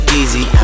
easy